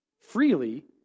freely